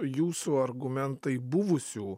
jūsų argumentai buvusių